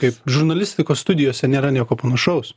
kaip žurnalistikos studijose nėra nieko panašaus